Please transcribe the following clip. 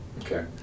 Okay